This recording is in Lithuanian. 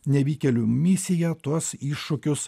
nevykėlių misiją tuos iššūkius